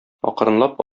акрынлап